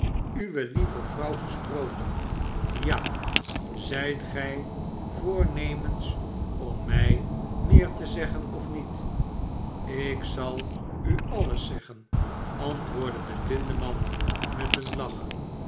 uwe lieve vrouw gesproken ja zijt gij voornemens om mij meer te zeggen of niet t ikzal u aues zeggen antwoordde de blindeman met een lach